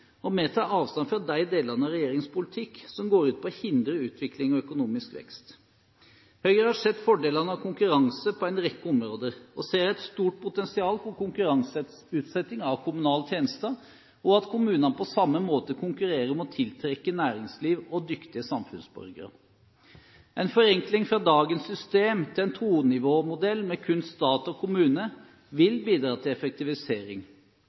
og vi tar avstand fra de delene av regjeringens politikk som går ut på å hindre utvikling og økonomisk vekst. Høyre har sett fordelene av konkurranse på en rekke områder. Vi ser et stort potensial for konkurranseutsetting av kommunale tjenester og at kommunene på samme måte konkurrerer om å tiltrekke næringsliv og dyktige samfunnsborgere. En forenkling fra dagens system til en tonivåmodell med kun stat og kommune vil bidra til effektivisering.